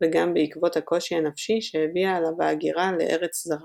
וגם בעקבות הקושי הנפשי שהביאה עליו ההגירה לארץ זרה.